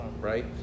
right